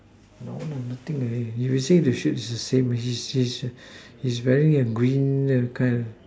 no lah nothing already if you see the shoe is the same already he is wearing a green they can